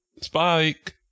Spike